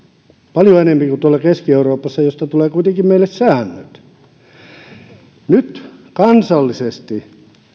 paljon enempi kuin tuolla keski euroopassa josta tulevat kuitenkin meille säännöt aikooko hallitus nyt kansallisesti